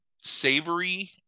savory